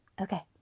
Okay